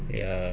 ya